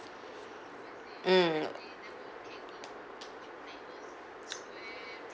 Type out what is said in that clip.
mm